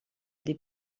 des